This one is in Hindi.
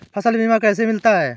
फसल बीमा कैसे मिलता है?